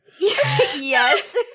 Yes